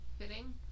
fitting